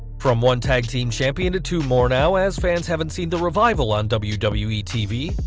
from one tag team champion to two more now, as fans haven't seen the revival on wwe wwe tv,